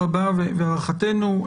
רבה והערכתנו.